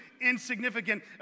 insignificant